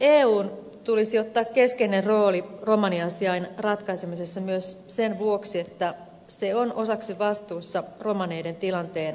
eun tulisi ottaa keskeinen rooli romaniasiain ratkaisemisessa myös sen vuoksi että se on osaksi vastuussa romaneiden tilanteen kurjistumiseen